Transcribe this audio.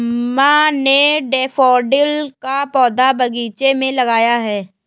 माँ ने डैफ़ोडिल का पौधा बगीचे में लगाया है